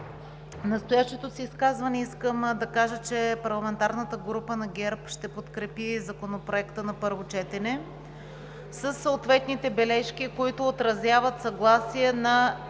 настоящото си изказване искам да кажа, че парламентарната група на ГЕРБ ще подкрепи Законопроекта на първо четене със съответните бележки, които отразяват съгласие на